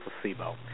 placebo